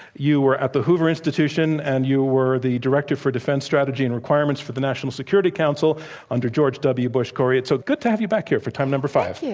you were at the hoover institution, and you were the director for defense strategy and requirements for the national security council under george w. bush. kori, it's so good to have you back here for time number five.